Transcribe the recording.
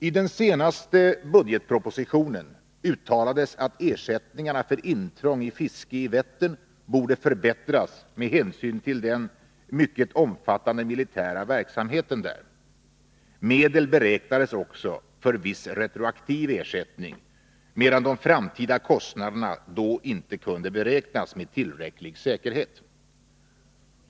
I den senaste budgetpropositionen uttalades att ersättningarna för intrång i fiske i Vättern borde förbättras med hänsyn till den mycket omfattande militära verksamheten där. Medel beräknades också för viss retroaktiv ersättning, medan de framtida kostnaderna då inte kunde beräknas med tillräcklig säkerhet.